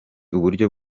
uburyo